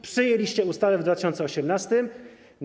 Przyjęliście ustawę w 2018 r.